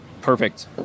perfect